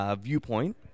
viewpoint